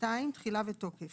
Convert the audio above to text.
תחילה ותוקף2.